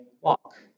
walk